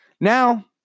now